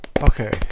okay